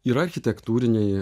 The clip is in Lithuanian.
yra architektūriniai